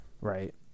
Right